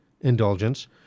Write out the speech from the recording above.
indulgence